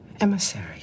Emissary